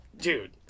Dude